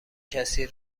کسی